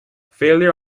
failure